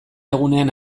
egunean